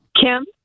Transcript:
Kim